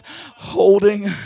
holding